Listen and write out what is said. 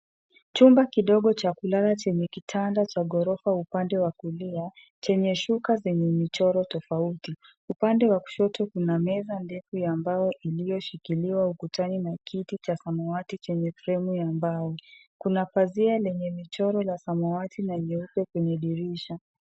Chumba kidogo cha kulala chenye kitanda cha ghorofa upande wa kulia chenye shuka zenye michoro tofauti. Upande wa kushoto kuna meza ndefu ya mbao iliyoshikiliwa ukutani na kiti cha samawati yenye fremu ya mbao. Kuna pazia lenye mchoro wa samawati na nyeupe kwenye dirisha.